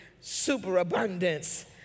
superabundance